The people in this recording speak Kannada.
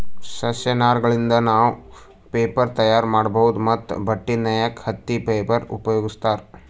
ಸಸ್ಯ ನಾರಗಳಿಂದ್ ನಾವ್ ಪೇಪರ್ ತಯಾರ್ ಮಾಡ್ಬಹುದ್ ಮತ್ತ್ ಬಟ್ಟಿ ನೇಯಕ್ ಹತ್ತಿ ಫೈಬರ್ ಉಪಯೋಗಿಸ್ತಾರ್